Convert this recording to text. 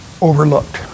overlooked